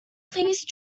please